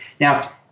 Now